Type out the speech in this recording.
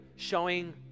Showing